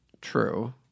True